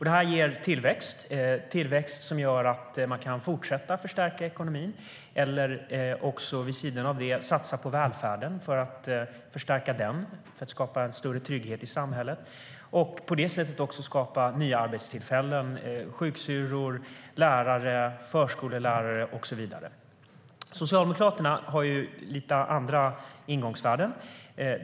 Det ger tillväxt som gör att man kan fortsätta förstärka ekonomin eller också vid sidan av det satsa på att förstärka välfärden för att skapa större trygghet i samhället. På det sättet skapar man också nya arbetstillfällen för sjuksyrror, lärare, förskollärare och så vidare. Socialdemokraterna har lite andra ingångsvärden.